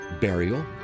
burial